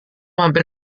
hampir